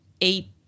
eight